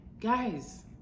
guys